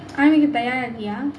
army தயாரா இருக்கியா:thayaaraa irukkiyaa